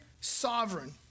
sovereign